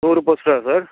நூறு போஸ்டரா சார்